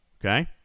Okay